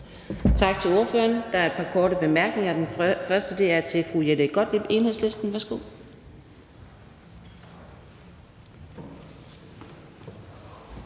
Tak til ordføreren. Der er et par korte bemærkninger. Den første er til fru Jette Gottlieb, Enhedslisten. Værsgo.